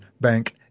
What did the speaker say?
Bank